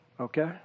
okay